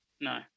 No